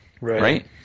right